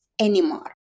anymore